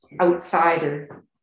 outsider